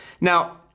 Now